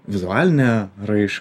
vizualinę raiš